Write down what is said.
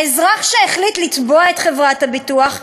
האזרח שהחליט לתבוע את חברת הביטוח,